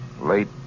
late